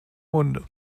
munde